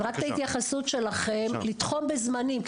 רק את ההתייחסות שלכם לתחום בזמנים.